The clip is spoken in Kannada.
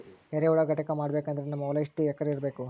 ಎರೆಹುಳ ಘಟಕ ಮಾಡಬೇಕಂದ್ರೆ ನಮ್ಮ ಹೊಲ ಎಷ್ಟು ಎಕರ್ ಇರಬೇಕು?